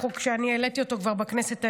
הוא חוק שאני העליתי כבר בכנסת העשרים.